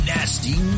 Nasty